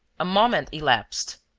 a moment elapsed.